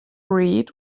read